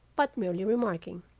but merely remarking,